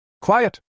Quiet